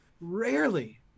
rarely